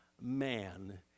man